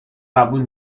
قبول